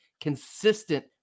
consistent